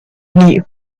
nie